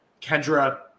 Kendra